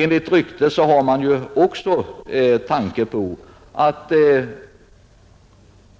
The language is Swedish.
Enligt rykte finns också